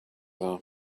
are